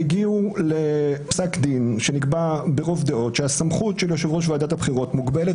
והגיעו לפסק דין שנקבע ברוב דעות שהסמכות של יושב-ראש ועדת הבחירות מוגבלת